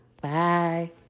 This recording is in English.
Bye